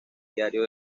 diario